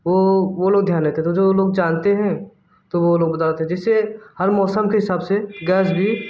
वह वह लोग ध्यान देते हैं तो जो लोग जानते हैं तो वह लोग बता देते हैं जिससे हर मौसम के हिसाब से गैस भी